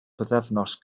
bythefnos